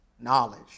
knowledge